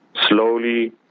Slowly